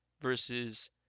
versus